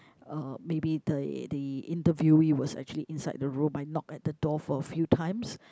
uh maybe the the interviewee was actually inside the room I knocked at the door for a few times